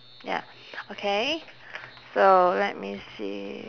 ya okay so let me see